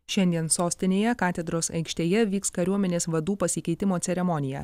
šiandien sostinėje katedros aikštėje vyks kariuomenės vadų pasikeitimo ceremonija